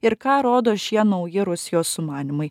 ir ką rodo šie nauji rusijos sumanymai